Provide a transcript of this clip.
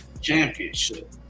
Championship